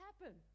happen